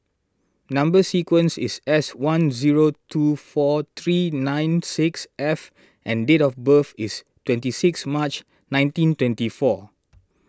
Number Sequence is S one zero two four three nine six F and date of birth is twenty six March nineteen twenty four